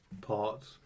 parts